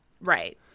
Right